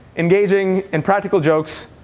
engaging in practical jokes,